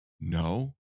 No